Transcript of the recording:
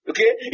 Okay